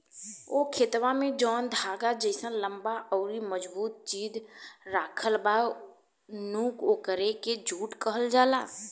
हो खेतवा में जौन धागा जइसन लम्बा अउरी मजबूत चीज राखल बा नु ओकरे के जुट कहल जाला